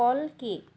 কল কি